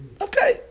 Okay